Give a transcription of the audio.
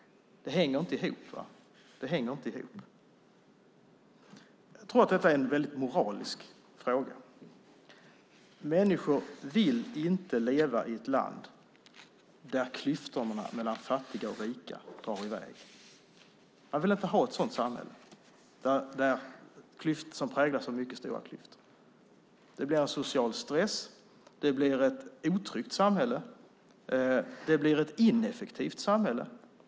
Det hänger ju inte ihop. Jag tror att detta är en väldigt moralisk fråga. Människor vill inte leva i ett land där klyftorna mellan fattiga och rika drar i väg. Man vill inte ha ett samhälle som präglas av mycket stora klyftor. Det blir en social stress. Det blir ett otryggt samhälle. Det blir ett ineffektivt samhälle.